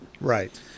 Right